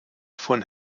von